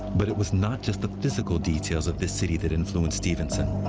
but it was not just the physical details of this city that influenced stevenson.